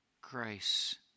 grace